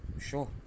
sure